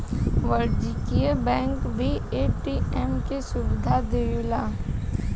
वाणिज्यिक बैंक भी ए.टी.एम के सुविधा देवेला